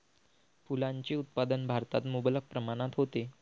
फुलांचे उत्पादन भारतात मुबलक प्रमाणात होते